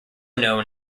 known